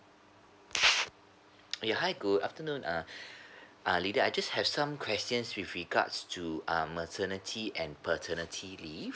ya hi good afternoon uh uh lily I just have some questions with regards to um maternity and paternity leave